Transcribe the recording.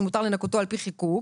שמותר לנכותו על פי חיקוק,